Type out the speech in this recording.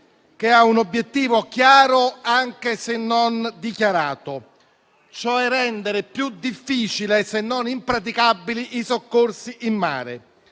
che ha un obiettivo chiaro anche se non dichiarato, cioè rendere più difficili, se non impraticabili, i soccorsi in mare.